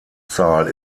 zahl